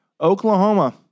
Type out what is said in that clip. Oklahoma